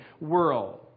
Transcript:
world